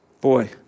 Boy